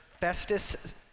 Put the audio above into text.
Festus